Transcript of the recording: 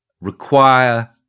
require